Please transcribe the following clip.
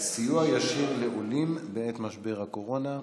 סיוע ישיר לעולים בעת משבר הקורונה.